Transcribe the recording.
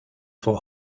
for